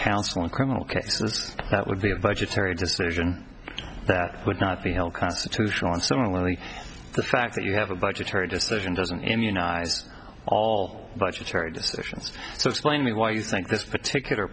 counsel in criminal cases that would be a budgetary decision that would not be held constitutional are similarly the fact that you have a budgetary decision doesn't immunize all budgetary decisions so explain me why you think this particular